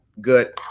good